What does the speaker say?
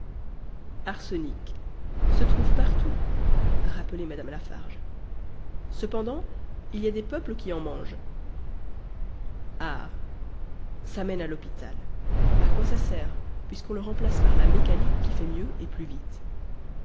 arsenic se trouve partout rappeler mme lafarge cependant il y a des peuples qui en mangent art ca mène à l'hôpital a quoi ça sert puisqu'on le remplace par la mécanique qui fait mieux et plus vite